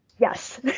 yes